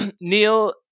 Neil